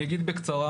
אני אגיד בקצרה.